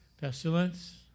Pestilence